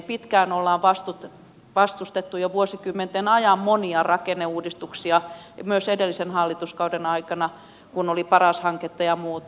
pitkään jo vuosikymmenten ajan on vastustettu monia rakenneuudistuksia myös edellisen hallituskauden aikana kun oli paras hanketta ja muuta